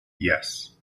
yes